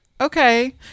okay